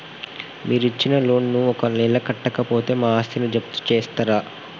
మీరు ఇచ్చిన లోన్ ను ఒక నెల కట్టకపోతే మా ఆస్తిని జప్తు చేస్తరా?